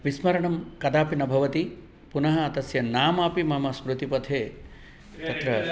विस्मरणं कदापि न भवति पुनः तस्य नाम अपि मम स्मृतिपथे तत्र